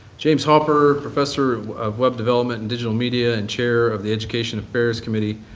james hopper, professor of web development and digital media and chair of the education affairs committee,